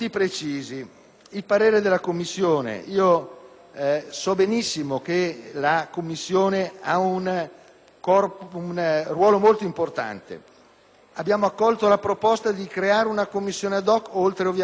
so benissimo riveste un ruolo molto importante, abbiamo accolto la proposta di creare una Commissione *ad hoc* oltre alla Commissione bilancio per gli aspetti finanziari.